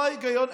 מה ההיגיון?